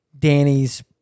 Danny's